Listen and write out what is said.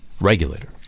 regulator